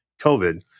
COVID